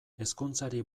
hezkuntzari